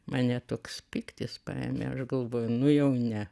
mane toks pyktis paėmė aš galvoju nu jau ne